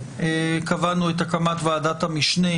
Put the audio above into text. קבענו את הקמת ועדת המשנה,